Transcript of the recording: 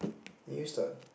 you start